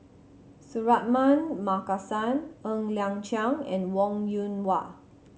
Suratman Markasan Ng Liang Chiang and Wong Yoon Wah